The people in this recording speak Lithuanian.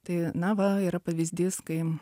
tai na va yra pavyzdys kai